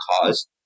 cause